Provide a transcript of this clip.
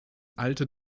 alte